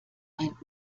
ein